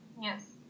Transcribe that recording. Yes